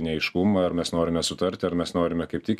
neaiškumą ar mes norime sutarti ar mes norime kaip tik